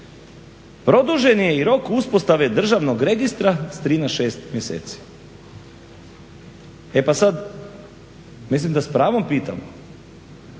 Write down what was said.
produžen je i rok uspostave državnog registra s 3 na 6 mjeseci. E pa sad mislim da s pravom pitam,